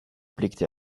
blickte